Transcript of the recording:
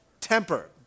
Temper